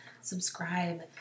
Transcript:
subscribe